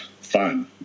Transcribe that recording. fun